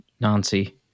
Nancy